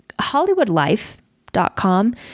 hollywoodlife.com